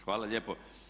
Hvala lijepo.